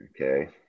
okay